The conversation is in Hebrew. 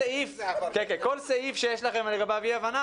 כל סעיף שיש לכם לגביו אי-הבנה,